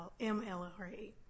MLRA